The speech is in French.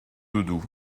doudou